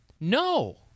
No